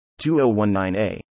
2019a